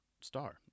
star